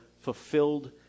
fulfilled